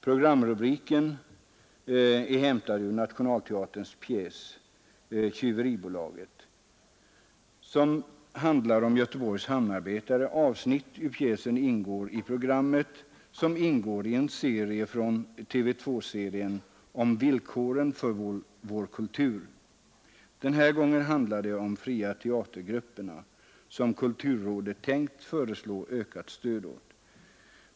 Programrubriken är hämtad från Nationalteaterns pjäs ”Tjyveribolaget”, som handlar om Göteborgs hamnarbetare. Avsnitt ur pjäsen ingår i programmet, vilket ingår i TV 2-serien om villkoren för vår kultur. Den här gången handlar det om de fria teatergrupperna, som kulturrådet tänkt föreslå ökat stöd till.